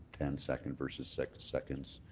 ten second versus six seconds